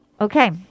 Okay